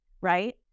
right